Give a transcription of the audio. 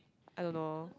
I don't know